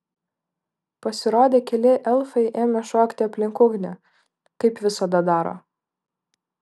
pasirodę keli elfai ėmė šokti aplink ugnį kaip visada daro